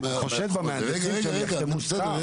אתה חושד במהנדסים שהם יחתמו סתם?